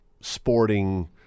sporting